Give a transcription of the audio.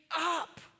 up